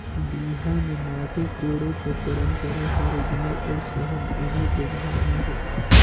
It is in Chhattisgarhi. बिहा मे माटी कोड़े कर पंरपरा हर गाँव अउ सहर दूनो जगहा मे होथे